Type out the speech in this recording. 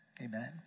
amen